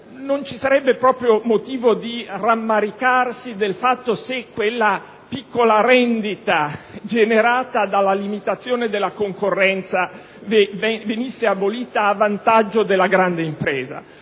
non ci sarebbe proprio motivo di rammaricarsi se quella piccola rendita generata dalla limitazione della concorrenza venisse abolita a vantaggio delle imprese.